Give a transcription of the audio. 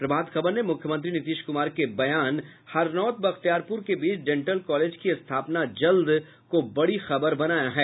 प्रभात खबर ने मुख्यमंत्री नीतीश कुमार के बयान हरनौत बख्तियारपुर के बीच डेंटल कॉलेज की स्थापना जल्द को बड़ी खबर बनाया है